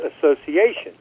Association